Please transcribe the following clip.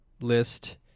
list